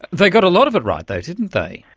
they got a lot of it right though, didn't they.